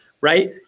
right